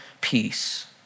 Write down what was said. peace